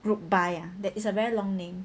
group buy ah that is a very long name